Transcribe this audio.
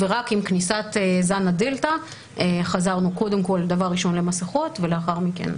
ורק עם כניסת זן הדלתא חזרנו דבר ראשון למסכות ולאחר מכן,